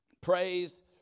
praise